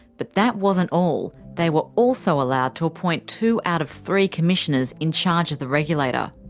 but that wasn't all, they were also allowed to appoint two out of three commissioners in charge of the regulator.